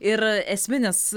ir esminis